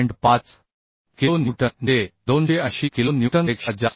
5 kilo newton जे 280 kilo न्यूटनपेक्षा जास्त आहे